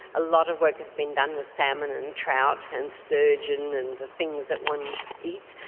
a lot of work has been done with salmon and trout and sturgeon and the things that one eats.